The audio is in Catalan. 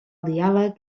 diàleg